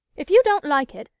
if you don't like it,